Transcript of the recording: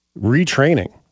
Retraining